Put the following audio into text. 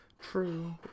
True